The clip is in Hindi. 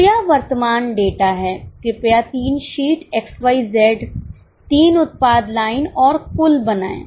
तो यह वर्तमान डेटा है कृपया तीन शीट XYZ 3 उत्पाद लाइन और कुल बनाएं